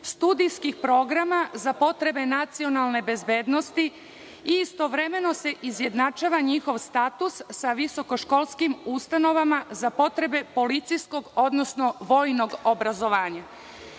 studijskih programa za potrebe nacionalne bezbednosti i istovremeno se izjednačava njihov status sa visokoškolskim ustanovama za potrebe policijskog, odnosno vojnog obrazovanja. Istovremeno,